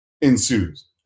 ensues